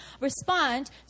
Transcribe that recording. respond